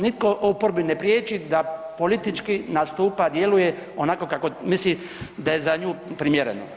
Nitko oporbi ne priječi da politički nastupa i djeluje onako kako misli da je za nju primjereno.